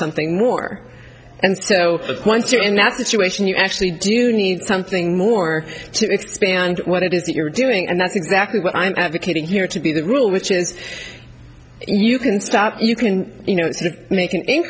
something more and so that once you're in that situation you actually do need something more to expand what it is that you're doing and that's exactly what i'm advocating here to be the rule which is you can stop you can you know mak